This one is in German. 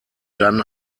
dann